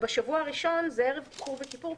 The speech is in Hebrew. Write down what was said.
בשבוע הראשון זה ערב יום כיפור ויום כיפור,